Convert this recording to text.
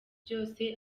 byose